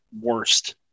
worst